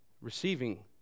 receiving